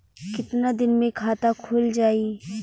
कितना दिन मे खाता खुल जाई?